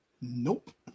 Nope